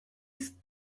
ist